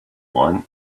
want